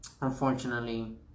Unfortunately